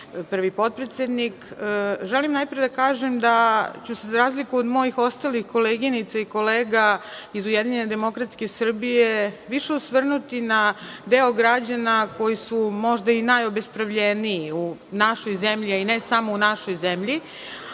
prvi potpredsedniče, želim najpre da kažem da ću se, za razliku od mojih ostalih koleginica i kolega iz Ujedinjene demokratske Srbije, više osvrnuti na deo građana koji su, možda, i najobespravljeniji u našoj zemlji, a i ne samo u našoj zemlji. Svakako